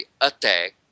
attack